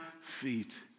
feet